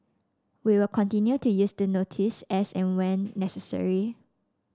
we will continue to use the notice as and when necessary